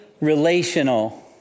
relational